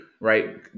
Right